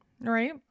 right